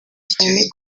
cyane